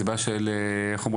זו בעיה של הציבור,